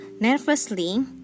Nervously